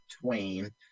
Twain